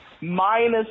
minus